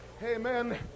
Amen